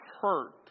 hurt